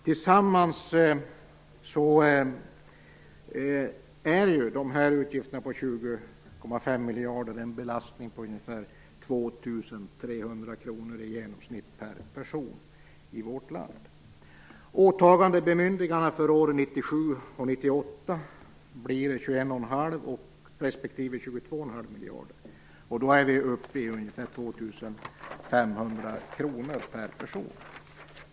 Tillsammans utgör utgifterna på 2,5 miljarder en belastning på ungefär 2 300 kr i genomsnitt per person i vårt land. Åtagandebemyndigandena för åren - 97 och 98 blir 21,5 respektive 22,5 miljarder. Då är vi uppe i ungefär 2 500 kr per person.